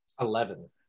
eleven